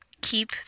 keep